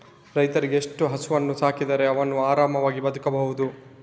ರೈತ ಎಷ್ಟು ಹಸುವನ್ನು ಸಾಕಿದರೆ ಅವನು ಆರಾಮವಾಗಿ ಬದುಕಬಹುದು?